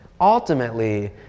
Ultimately